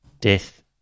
death